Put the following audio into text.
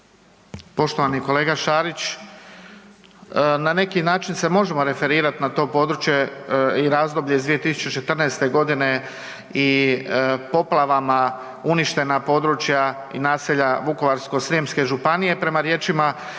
Poštovani kolega Šarić, na neki način se možemo referirati na to područje i razdoblje iz 2014. godine i poplavama uništena područja i naselja Vukovarsko-srijemske županije. Prema riječima ljudi